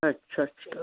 ਅੱਛਾ ਅੱਛਾ